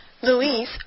Luis